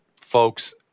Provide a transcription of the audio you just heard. folks